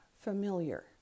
familiar